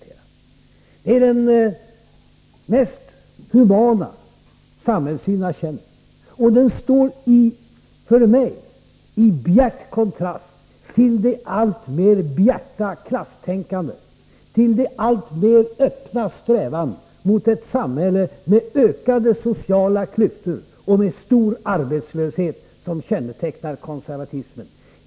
Det är den mest humana samhällssyn jag känner till, och den står för mig i bjärt kontrast till det alltmer krassa klasstänkande, den alltmer öppna strävan mot ett samhälle med ökade sociala klyftor och stor arbetslöshet som kännetecknar konservatismen.